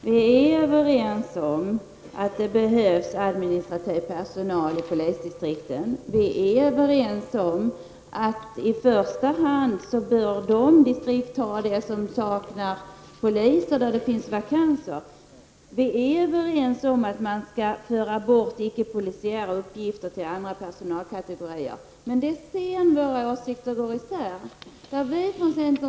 Vi är överens om att det behövs administrativ personal i polisdistrikten, om att de distrikt som saknar poliser i första hand bör få en förstärkning och om att man skall föra bort icke-polisiära uppgifter till andra personalkategorier. Men det finns områden där våra åsikter inte överensstämmer.